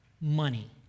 money